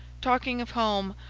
talking of home,